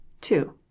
Two